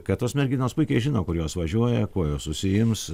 kad tos merginos puikiai žino kur jos važiuoja kuo jos užsiims